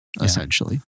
essentially